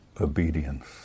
obedience